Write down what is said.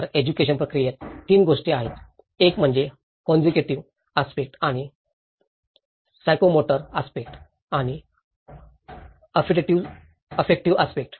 तर एज्युकेशन प्रक्रियेत 3 गोष्टी आहेत एक म्हणजे कोंजिगेटिव्ह आस्पेक्ट आणि सायकोमोटर आस्पेक्ट आणि अफेक्टिव्ह आस्पेक्ट